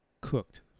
cooked